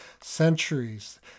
centuries